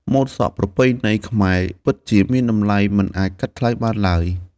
ម៉ូតសក់ប្រពៃណីខ្មែរពិតជាមានតម្លៃមិនអាចកាត់ថ្លៃបានឡើយ។